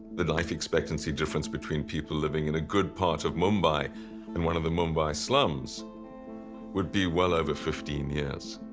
the the life expectancy difference between people living in a good part of mumbai and one of the mumbai slums would be well over fifteen years.